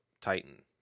Titan